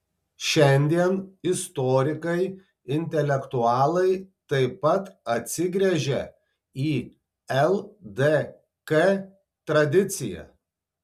šiandien istorikai intelektualai taip pat atsigręžią į ldk tradiciją